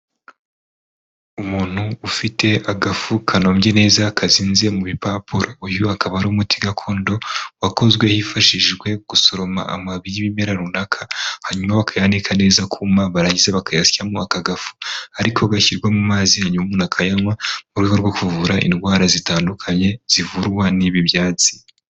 Umuntu ufite agafu kanombye neza kazinze mu bipapuro, uyu akaba ari umuti gakondo wakozwe hifashijwe gusoroma amababi y'ibimera runaka, hanyuma bakayanika neza akuma barangiza bakayasyamo aka gafu, ari ko gashyirwa mu mazi hanyuma umuntu akayanywa mu rwego rwo kuvura indwara zitandukanye zivurwa n'ibi byatsi.